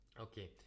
Okay